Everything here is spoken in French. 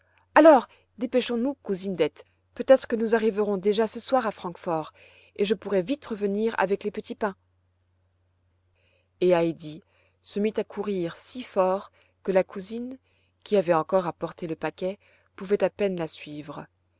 alors dépêchons-nous cousine dete peut-être que nous arriverons déjà ce soir à francfort et je pourrai vite revenir avec les petits pains et heidi se mit à courir si fort que la cousine qui avait encore à porter le paquet pouvait à peine la suivre